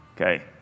Okay